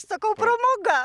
sakau pramoga